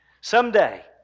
Someday